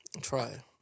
Try